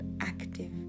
active